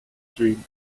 dream